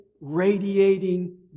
radiating